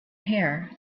hair